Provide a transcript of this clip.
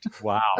Wow